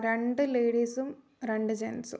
രണ്ട് ലേഡീസും രണ്ട് ജെൻസും